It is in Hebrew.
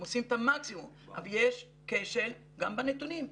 הם עושים את המקסימום אבל יש כשל גם בנתונים.